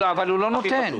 אבל הוא לא נותן.